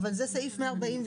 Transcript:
אבל למניעת